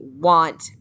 want